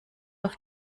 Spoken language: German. auf